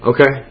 Okay